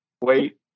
wait